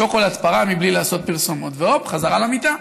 שוקולד פרה, בלי לעשות פרסומות, והופ, חזרה למיטה.